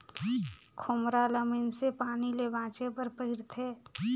खोम्हरा ल मइनसे पानी ले बाचे बर पहिरथे